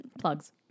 Plugs